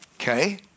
Okay